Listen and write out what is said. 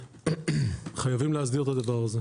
חייבים להסדיר את זה,